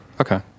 Okay